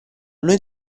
noi